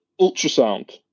Ultrasound